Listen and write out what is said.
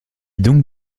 donc